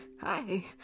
hi